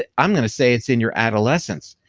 ah i'm gonna say it's in your adolescence,